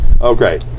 Okay